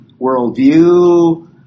worldview